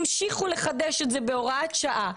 המשיכו לחדש את זה בהוראת שעה,